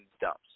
dumps